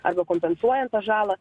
arba kompensuojant tą žalą